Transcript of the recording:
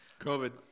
COVID